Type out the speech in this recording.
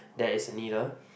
there is a needle